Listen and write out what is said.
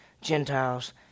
Gentiles